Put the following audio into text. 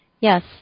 Yes